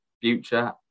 future